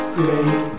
great